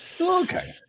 Okay